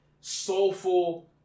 soulful